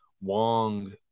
Wong